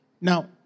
Now